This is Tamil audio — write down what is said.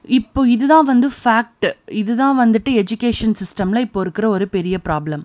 இப்போது இதுதான் வந்து ஃபேக்ட்டு இதுதான் வந்துட்டு எஜுகேஷன் சிஸ்டமில் இப்போது இருக்கிற ஒரு பெரிய ப்ராப்ளம்